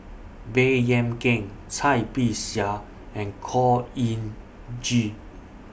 Baey Yam Keng Cai Bixia and Khor Ean Ghee